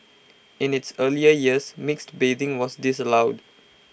in its earlier years mixed bathing was disallowed